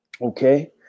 Okay